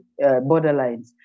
borderlines